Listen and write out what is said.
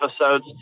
episodes